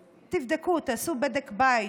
תבדקו, תעשו בדק בית.